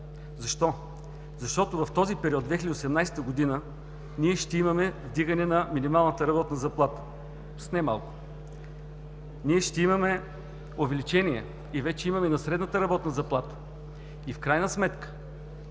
Защо? Защото в този период – 2018 г., ние ще имаме вдигане на минималната работна заплата с немалко, ще имаме увеличение, и вече имаме, на средната работна заплата. В крайна сметка